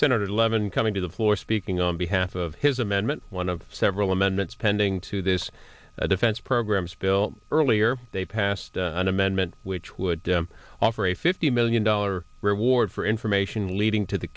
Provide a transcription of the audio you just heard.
senator levin coming to the floor speaking on behalf of his amendment one of several amendments pending to this defense programs bill earlier they passed an amendment which would offer a fifty million dollar reward for information leading to the